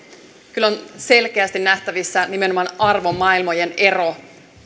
kyllä on selkeästi nähtävissä nimenomaan arvomaailmojen ero